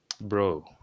bro